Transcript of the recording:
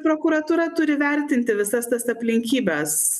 prokuratūra turi vertinti visas tas aplinkybes